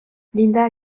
linda